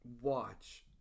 watch